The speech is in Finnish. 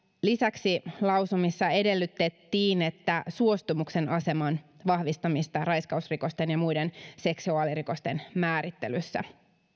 lisäksi lausumissa edellytettiin suostumuksen aseman vahvistamista raiskausrikosten ja muiden seksuaalirikosten määrittelyssä